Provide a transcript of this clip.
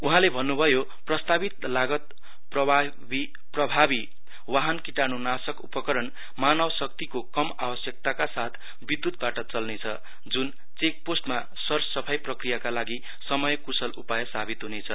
उहाँले भन्नुभयो प्रत्तावित लागत प्रभावी वाहन कीटाणुनाशक उपकरण मानवशक्तिको कम आवश्यकताका साथ विद्युतवाट चल्नेछ जुन चेक पोस्टमा सरसफाइ प्रक्रियाका लागि समय कुसल उपाय सावित हुनेछ